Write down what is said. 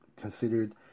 considered